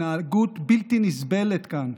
התנהגות בלתי נסבלת כאן,